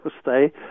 stay